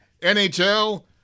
NHL